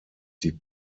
die